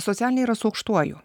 socialiniai yra su aukštuoju